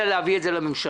אלא להביא את זה לממשלה,